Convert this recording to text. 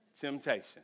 temptation